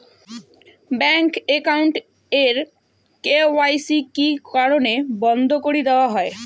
Bank account এর KYC কি কি কারণে বন্ধ করি দেওয়া হয়?